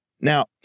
Now